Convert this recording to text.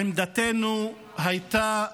עמדתנו הייתה ברורה,